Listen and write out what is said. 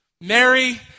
Mary